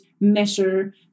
measure